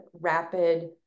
rapid